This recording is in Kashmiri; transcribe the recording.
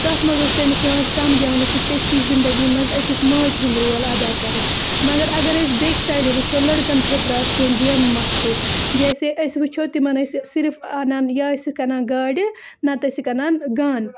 تَتھ منٛز اوس تٔمِس یِوان سَمجاونہٕ کہِ ژےٚ چھی زِندگی منٛز أکِس ماجہِ ہُنٛد رول اَدا کَرُن مگر اگر أسۍ بیٚکہِ سایڈٕ وٕچھو لٔڑکَن خٲطرٕ آسہٕ کیٚنٛہہ گیمہٕ مخصوٗص جیسے أسۍ وٕچھو تِمَن ٲسۍ صِرف اَنان یا ٲسِکھ اَنان گاڑِ نَتہٕ ٲسِکھ اَنان گَن